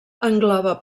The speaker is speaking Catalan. engloba